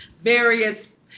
various